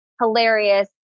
hilarious